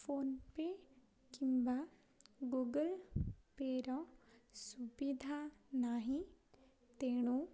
PhonePe କିମ୍ବା Google ପେର ସୁବିଧା ନାହିଁ ତେଣୁ